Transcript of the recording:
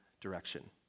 direction